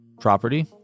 property